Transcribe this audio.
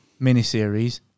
miniseries